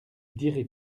dirai